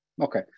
Okay